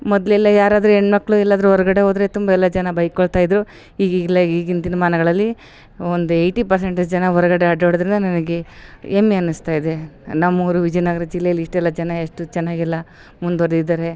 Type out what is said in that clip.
ಮೊದಲೆಲ್ಲಾ ಯಾರಾದರು ಹೆಣ್ಣುಮಕ್ಳು ಎಲ್ಲಾದರು ಹೊರಗಡೆ ಹೋದ್ರೆ ತುಂಬ ಎಲ್ಲ ಜನ ಬೈಕೊಳ್ತ ಇದ್ರು ಈಗೀಗ ಇಲ್ಲ ಈಗಿನ ದಿನಮಾನಗಳಲ್ಲಿ ಒಂದು ಏಯ್ಟಿ ಪರ್ಸೆಂಟೇಜ್ ಜನ ಹೊರಗೆಡೆ ಅಡ್ಡಾಡೋದರಿಂದ ನನಗೆ ಹೆಮ್ಮೆ ಅನ್ನಿಸ್ತಾ ಇದೆ ನಮ್ಮೂರು ವಿಜಯನಗರ ಜಿಲ್ಲೆಯಲ್ಲಿ ಇಷ್ಟೆಲ್ಲ ಜನ ಎಷ್ಟು ಚೆನ್ನಾಗೆಲ್ಲ ಮುಂದೊರ್ದಿದ್ದಾರೆ